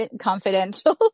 confidential